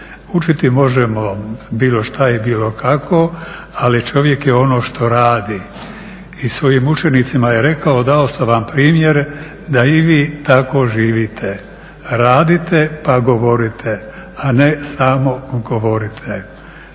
Učiti možemo bilo što i bilo kako, ali čovjek je ono što radi i svojim učenicima je rekao, dao sam vam primjer da i vi tako živite, radite pa govorite, a ne samo govorite.